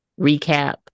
recap